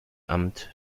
amt